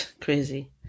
Crazy